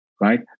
right